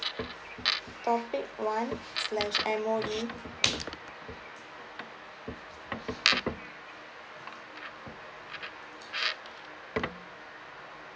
topic one slash M_O_E